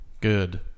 good